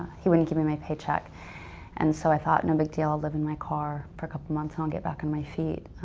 he wouldn't give me my paycheck and so i thought no big deal. i'll live in my car for a couple months um back on my feet.